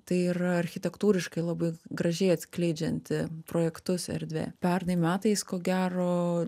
tai yra architektūriškai labai gražiai atskleidžianti projektus erdvė pernai metais ko gero